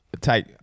take